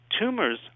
tumors